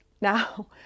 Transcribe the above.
Now